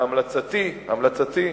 בהמלצתי,